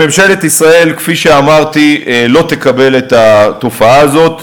ממשלת ישראל, כפי שאמרתי, לא תקבל את התופעה הזאת.